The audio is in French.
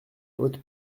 hautes